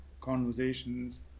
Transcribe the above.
conversations